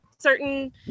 Certain